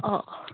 ꯑꯣ